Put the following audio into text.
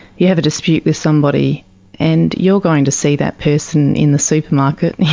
you have a dispute with somebody and you're going to see that person in the supermarket,